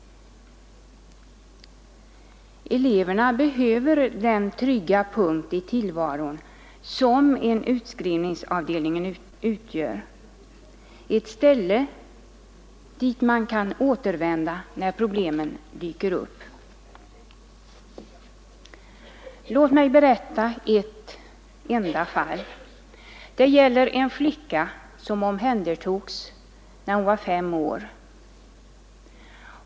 Eleverna behöver den trygga punkt i tillvaron som en utskrivningsavdelning utgör, ett ställe dit man kan återvända när problemen dyker upp. Låt mig berätta om ett enda fall. Det gäller en flicka som omhändertogs när hon var fem år.